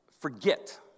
forget